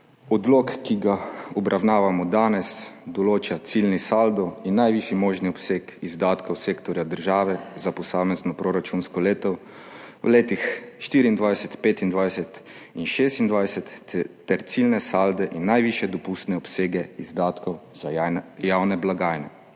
Odlok, ki ga obravnavamo danes, določa ciljni saldo in najvišji možni obseg izdatkov sektorja država za posamezno proračunsko leto v letih 2024, 2025 in 2026 ter ciljne salde in najvišje dopustne obsege izdatkov za javne blagajne.